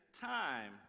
time